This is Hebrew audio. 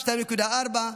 2.4,